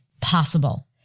possible